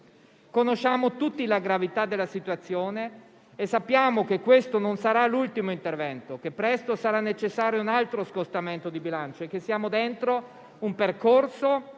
Conosciamo tutti la gravità della situazione e sappiamo che questo non sarà l'ultimo intervento, che presto sarà necessario un altro scostamento di bilancio e che siamo dentro un percorso